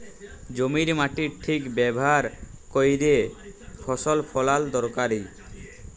জমির মাটির ঠিক ব্যাভার ক্যইরে ফসল ফলাল দরকারি